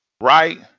right